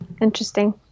interesting